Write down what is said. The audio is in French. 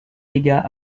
légat